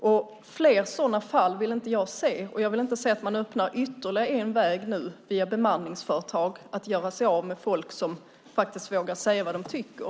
Jag vill inte se fler sådana fall, och jag vill inte se att man öppnar ytterligare en väg via bemanningsföretag att göra sig av med folk som faktiskt vågar säga vad de tycker.